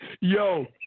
Yo